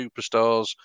superstars